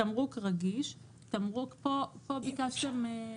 "תמרוק רגיש" כאן ביקשתם.